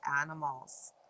animals